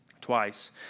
Twice